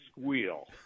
squeal